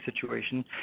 situation